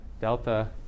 delta